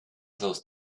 those